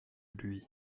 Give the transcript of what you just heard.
lui